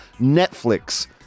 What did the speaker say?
Netflix